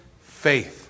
faith